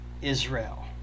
Israel